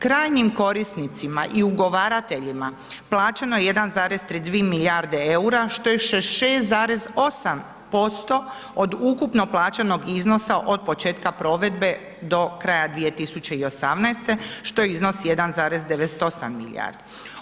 Krajnjim korisnicima i ugovarateljima plaćeno je 1,32 milijarde EUR-a što je 66,8% od ukupno plaćenog iznosa od početka provedbe do kraja 2018. što iznosi 1,98 milijardi.